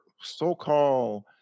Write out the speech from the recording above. so-called